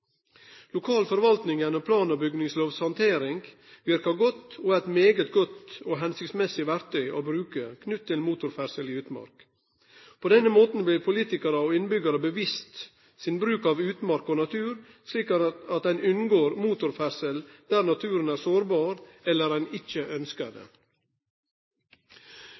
plan- og bygningslov verkar godt og er eit godt og hensiktsmessig verktøy å bruke knytt til motorferdsel i utmark. På denne måten blir politikarar og innbyggjarar bevisste sin bruk av utmark og natur, slik at ein unngår motorferdsel der naturen er sårbar, eller der ein ikkje